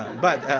but